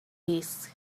disk